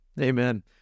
amen